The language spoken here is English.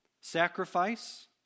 sacrifice